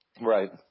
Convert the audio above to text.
Right